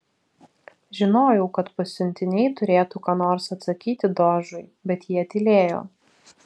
žinojau kad pasiuntiniai turėtų ką nors atsakyti dožui bet jie tylėjo